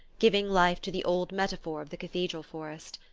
giving life to the old metaphor of the cathedral-forest.